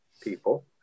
people